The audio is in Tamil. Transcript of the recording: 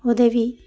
உதவி